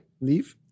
Leave